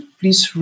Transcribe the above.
please